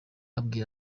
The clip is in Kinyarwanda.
abwira